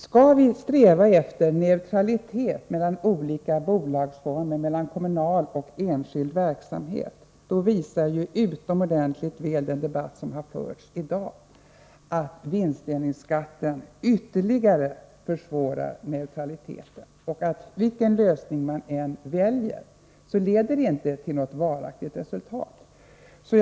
Skall vi sträva efter neutralitet mellan olika bolagsformer, mellan kommunal och enskild verksamhet, visar den debatt som har förts i dag utomordentligt väl att vinstdelningsskatten ytterligare försvårar neutraliteten. Vilken lösning man än väljer, kan man inte nå ett varaktigt hållbart resultat.